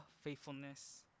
faithfulness